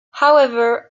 however